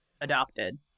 adopted